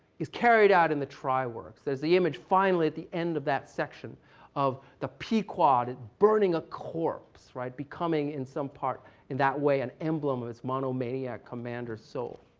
is carried out in the tri-works. there's the image, finally, at the end of that section of the pequod burning a corpse, right, becoming in some part in that way an emblem of its monomania commander's soul.